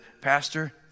Pastor